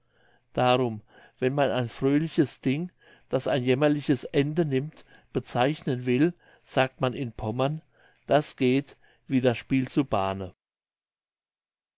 darum wenn man ein fröhliches ding das ein jämmerlich ende nimmt bezeichnen will sagt man in pommern das geht wie das spiel zu bahne